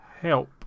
help